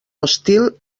hostil